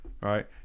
Right